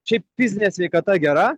šiaip fizinė sveikata gera